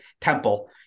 Temple